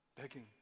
begging